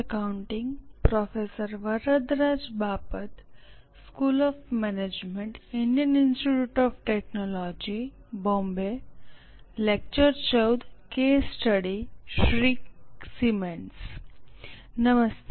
નમસ્તે